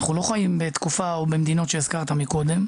- אנחנו לא חיים בתקופה או במדינות שהזכרת קודם,